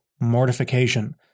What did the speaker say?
mortification